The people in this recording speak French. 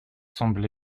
semble